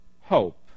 hope